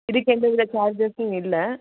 இதுக்கு எந்த வித சார்ஜஸ்ஸும் இல்லை